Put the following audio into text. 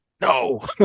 no